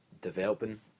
developing